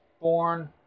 born